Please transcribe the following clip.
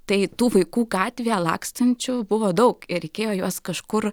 tai tų vaikų gatvėje lakstančių buvo daug ir reikėjo juos kažkur